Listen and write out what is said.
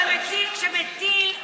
ומצד שני,